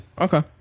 Okay